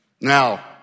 Now